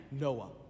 Noah